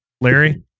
Larry